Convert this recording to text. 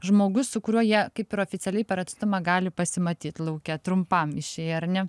žmogus su kuriuo jie kaip ir oficialiai per atstumą gali pasimatyt lauke trumpam išėję ar ne